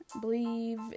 believe